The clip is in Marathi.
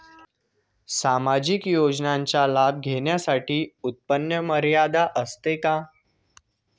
सामाजिक योजनांचा लाभ घेण्यासाठी उत्पन्न मर्यादा असते का?